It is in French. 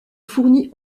fournit